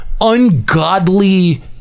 ungodly